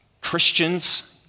Christians